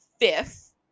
fifth